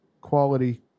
quality